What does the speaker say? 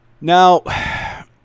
Now